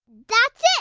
that's it.